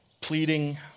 pleading